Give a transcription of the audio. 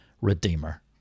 Redeemer